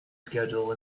schedule